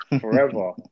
forever